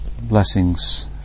blessings